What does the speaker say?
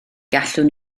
gallwn